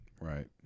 Right